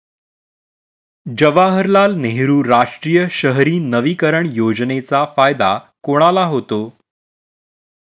जवाहरलाल नेहरू राष्ट्रीय शहरी नवीकरण योजनेचा फायदा कोणाला होतो?